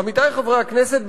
עמיתי חברי הכנסת,